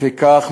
לפיכך,